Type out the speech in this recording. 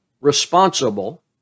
responsible